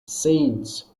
saints